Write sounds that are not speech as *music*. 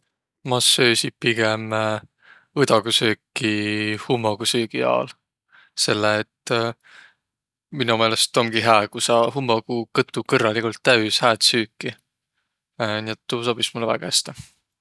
Ma söösiq pigem õdagusüüki hummogusöögi aol, selle et *hesitation* selle et mino meelest omgi hää, ku saa hummogu kõtu kõrraligult täüs hääd süüki. *hesitation* Nii et tuu sobis mullõ väega häste.